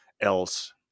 else